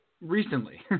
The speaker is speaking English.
Recently